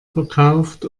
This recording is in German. verkauft